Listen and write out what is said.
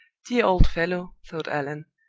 dear old fellow, thought allan,